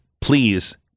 please